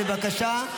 בבקשה.